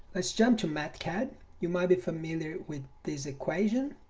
let's jump to mathcad you might be familiar with this equation